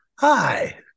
hi